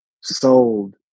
sold